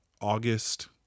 August